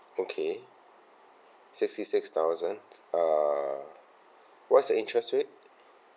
okay sixty six thousand uh what's the interest rate